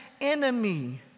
enemy